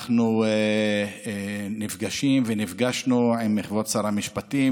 אנחנו נפגשים ונפגשנו עם כבוד שר המשפטים,